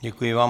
Děkuji vám.